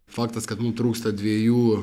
faktas kad mum trūksta dviejų